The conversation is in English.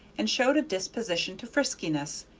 and showed a disposition to friskiness,